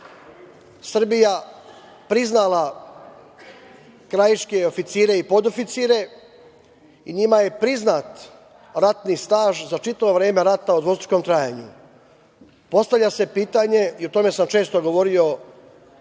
Srbija priznala krajiške oficire i podoficire i njima je priznat ratni staž za čitavo vreme rata u dvostrukom trajanju. Postavlja se pitanje, i o tome sam često govorio